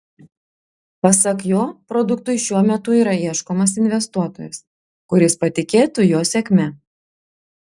pasak jo produktui šiuo metu yra ieškomas investuotojas kuris patikėtų jo sėkme